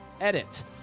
Edit